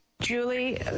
Julie